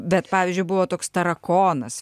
bet pavyzdžiui buvo toks tarakonas